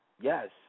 Yes